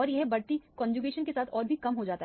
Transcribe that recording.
और यह बढ़ती कौनजुकेशन के साथ और भी कम हो जाता है